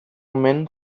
men